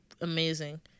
amazing